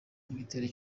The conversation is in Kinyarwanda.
n’igitero